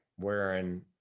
wearing